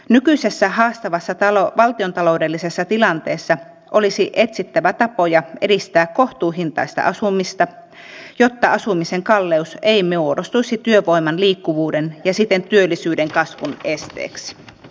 nykyisessä haastavassa valtiontaloudellisessa tilanteessa olisi etsittävä tapoja edistää kohtuuhintaista asumista jotta asumisen kalleus ei muodostuisi työvoiman liikkuvuuden ja siten työllisyyden kasvun esteeksi